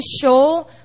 show